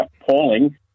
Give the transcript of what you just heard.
appalling